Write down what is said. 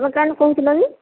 ତୁମେ କାଣ୍ କହୁଥିଲ କି